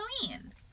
Halloween